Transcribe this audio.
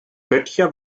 böttcher